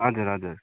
हजुर हजुर